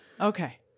Okay